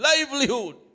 Livelihood